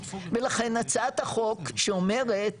ולכן הצעת החוק שאומרת